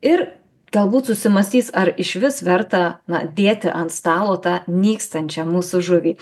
ir galbūt susimąstys ar išvis verta na dėti ant stalo tą nykstančią mūsų žuvį